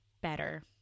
better